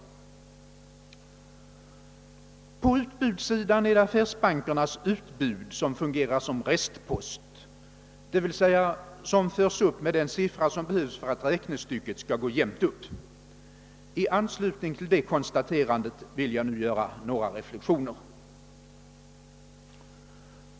På utbudssidan är det affärsbankernas utbud som fungerar som restpost, d. v. s. förs upp med den siffra som behövs för att räknestycket skall gå jämnt upp. I anslutning till det konstaterandet vill jag nu göra några reflexioner.